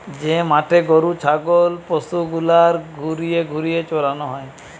যে মাঠে গরু ছাগল পশু গুলার ঘুরিয়ে ঘুরিয়ে চরানো হয়